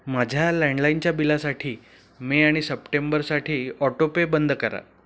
माझ्या लँडलाईनच्या बिलासाठी मे आणि सप्टेंबरसाठी ऑटोपे बंद करा